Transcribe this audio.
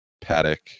Paddock